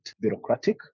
bureaucratic